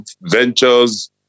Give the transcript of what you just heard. ventures